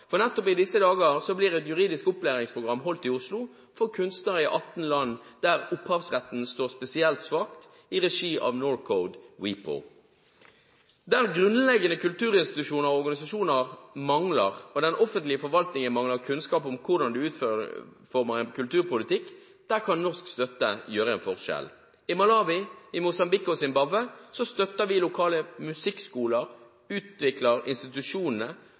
Nettopp i disse dager blir et juridisk opplæringsprogram holdt i Oslo for kunstnere fra 18 land der opphavsretten står spesielt svakt, i regi av Norcode/WIPO. Der grunnleggende kulturinstitusjoner og -organisasjoner mangler, og den offentlige forvaltningen mangler kunnskap om hvordan man utformer en kulturpolitikk, kan norsk støtte gjøre en forskjell. I Malawi, Mosambik og Zimbabwe støtter vi lokale musikkskoler.